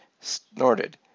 snorted